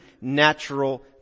natural